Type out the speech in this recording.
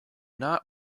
not